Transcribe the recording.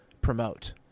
promote